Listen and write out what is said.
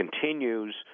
continues